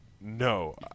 no